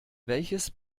welches